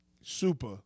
Super